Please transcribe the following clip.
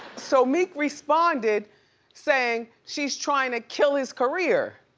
so meek responded saying she's trying to kill his career.